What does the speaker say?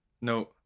no